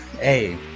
Hey